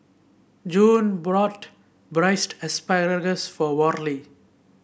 June brought Braised Asparagus for Worley